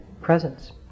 presence